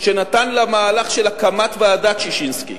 שנתן למהלך של הקמת ועדת-ששינסקי